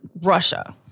Russia